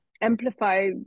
amplify